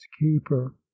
keeper